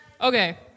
Okay